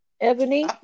Ebony